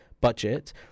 budget